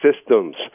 systems